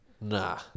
Nah